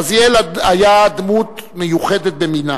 רזיאל היה דמות מיוחדת במינה,